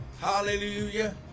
Hallelujah